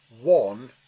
One